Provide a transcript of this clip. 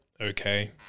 okay